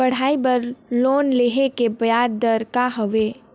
पढ़ाई बर लोन लेहे के ब्याज दर का हवे?